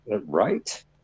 Right